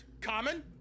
Common